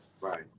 right